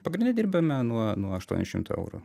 pagrinde dirbame nuo nuo aštuonių šimtų eurų